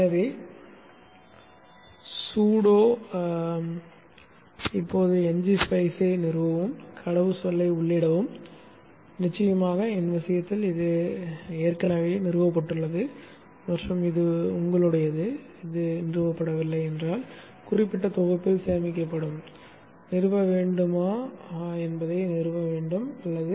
எனவே sudo இப்போது ngSpice ஐ நிறுவவும் கடவுச்சொல்லை உள்ளிடவும் நிச்சயமாக என் விஷயத்தில் இது ஏற்கனவே நிறுவப்பட்டுள்ளது மற்றும் உங்களுடையது நிறுவப்படவில்லை என்றால் குறிப்பிட்ட தொகுப்பில் சேமிக்கப்படும் நிறுவ வேண்டுமா அல்லது நிறுவ வேண்டாமா